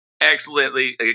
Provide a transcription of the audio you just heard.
excellently